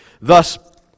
Thus